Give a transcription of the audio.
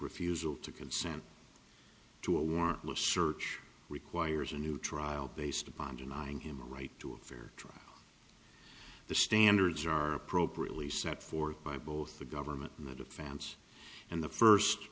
refusal to consent to a warrantless search requires a new trial based upon denying him a right to a fair trial the standards are appropriately set forth by both the government and the defense and the first